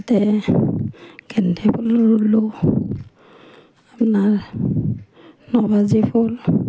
তাতে গেন্ধেই ফুল ৰুলোঁ আপোনাৰ ন বাজি ফুল